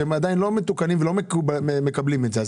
שהם עדיין לא מתוקנים ולא מקבלים את זה.